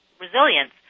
resilience